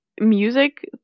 music